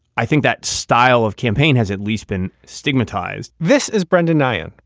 i think that style of campaign has at least been stigmatized this is brendan nyhan,